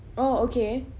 oh okay